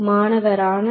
மாணவர் ஆனால் எதற்காக